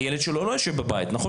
הילד שלו לא יישב בבית, נכון?